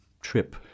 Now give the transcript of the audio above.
trip